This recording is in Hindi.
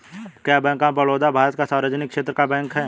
क्या बैंक ऑफ़ बड़ौदा भारत का सार्वजनिक क्षेत्र का बैंक है?